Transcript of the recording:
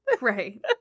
Right